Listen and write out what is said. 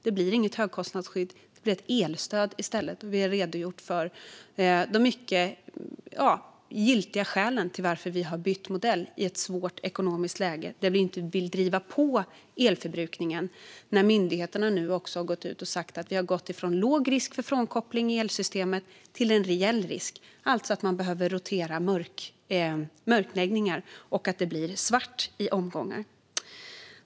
Det blir inget högkostnadsskydd, utan det blir ett elstöd i stället. Vi har redogjort för de mycket giltiga skälen till att vi har bytt modell i ett svårt ekonomiskt läge, där vi inte vill driva på elförbrukningen nu när myndigheterna har gått ut och sagt att vi har gått från låg risk för frånkoppling i elsystemet till en reell risk, alltså att man behöver rotera mörkläggningar och att det blir svart i omgångar.